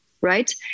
right